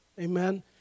amen